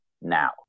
now